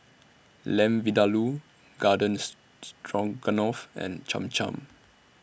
Lamb Vindaloo Gardens Stroganoff and Cham Cham